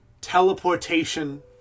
Teleportation